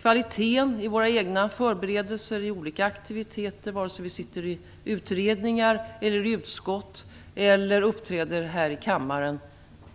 Kvaliteten i våra egna förberedelser i olika aktiviteter, vare sig vi sitter i utredningar, i utskott eller uppträder här i kammaren,